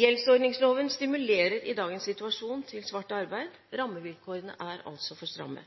Gjeldsordningsloven stimulerer i dagens situasjon til svart arbeid. Rammevilkårene er altså for stramme.